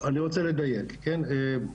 אני רוצה לדייק, כן?